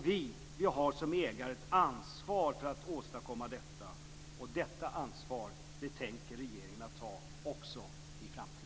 Vi har som ägare ett ansvar för att åstadkomma detta, och detta ansvar tänker regeringen ta också i framtiden.